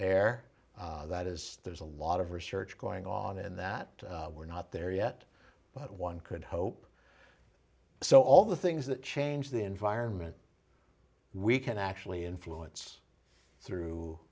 r that is there's a lot of research going on in that we're not there yet but one could hope so all the things that change the environment we can actually influence through